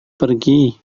pergi